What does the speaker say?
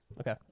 Okay